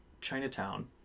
chinatown